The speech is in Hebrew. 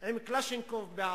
עם קלצ'ניקוב,